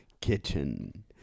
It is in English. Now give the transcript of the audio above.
kitchen